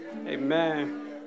Amen